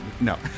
no